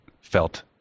felt